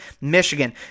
Michigan